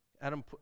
Adam